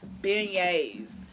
beignets